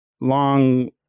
long